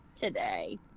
today